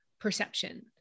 perception